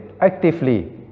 actively